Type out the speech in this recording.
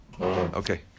okay